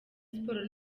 sports